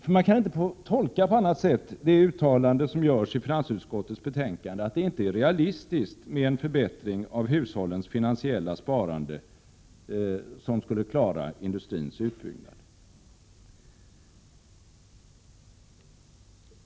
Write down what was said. På annat sätt än som ett avståndstagande kan man ju inte tolka finansutskottets uttalande i betänkandet om att det inte är realistiskt att tänka sig en förbättring av hushållens finansiella sparande som skulle kunna klara industrins utbyggnad.